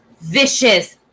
vicious